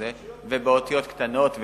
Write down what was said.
ובאותיות קטנות,